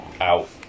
out